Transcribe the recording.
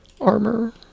armor